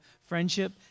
friendship